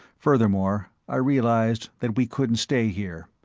furthermore, i realized that we couldn't stay here.